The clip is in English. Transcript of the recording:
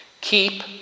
Keep